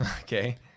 Okay